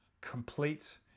complete